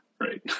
right